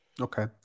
Okay